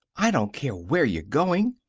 i don't care where you're goin',